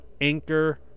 anchor